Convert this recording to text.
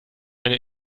eine